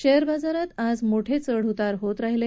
share बाजारात आज मोठे चढउतार होत राहिले